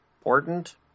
important